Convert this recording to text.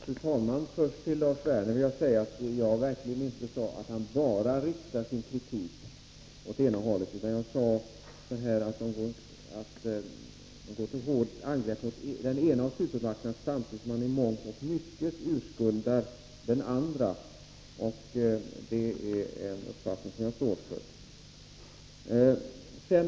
Fru talman! Jag vill först säga till Lars Werner att jag inte sade att vpk bara riktar sin kritik åt ena hållet, utan jag sade att ni går till hårt angrepp mot den ena supermakten samtidigt som ni i mångt och mycket urskuldar den andra — det är en uppfattning som jag står för.